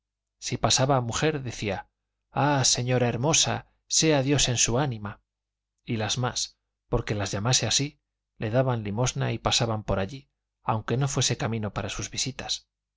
si pasaba mujer decía ah señora hermosa sea dios en su ánima y las más porque las llamase así le daban limosna y pasaban por allí aunque no fuese camino para sus visitas